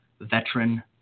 veteran